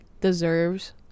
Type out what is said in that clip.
deserves